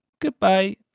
Goodbye